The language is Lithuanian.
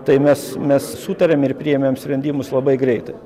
tai mes mes sutarėm ir priėmėm sprendimus labai greitai